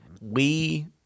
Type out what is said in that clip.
we-